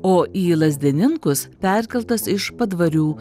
o į lazdininkus perkeltas iš padvarių